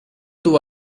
tuvo